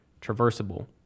traversable